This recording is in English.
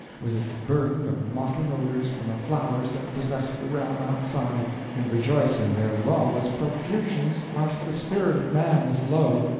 with its burden of mocking odors from the flowers that possess the realm outside, and rejoice in their lawless profusion whilst the spirit of man is low,